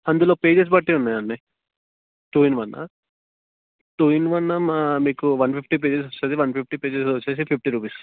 అందులో పేజెస్ బట్టి ఉన్నాయి అండి టూ ఇన్ వన్నా టూ ఇన్ వన్ మా మీకు వన్ ఫిఫ్టీ పేజెస్ వస్తుంది వన్ ఫిఫ్టీ పేజెస్ వచ్చేసి ఫిఫ్టీ రూపీస్